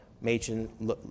Machen